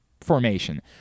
formation